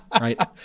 right